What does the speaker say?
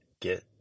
get